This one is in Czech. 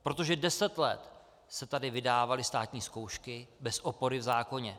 Protože deset let se tady vydávaly státní zkoušky bez opory v zákoně.